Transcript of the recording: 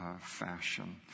fashion